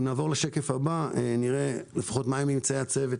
בשקף הבא רואים את ממצאי הצוות